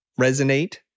resonate